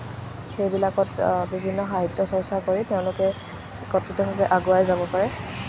সেইবিলাকত বিভিন্ন সাহিত্য চৰ্চা কৰি তেওঁলোকে কথিতভাৱে আগুৱাই যাব পাৰে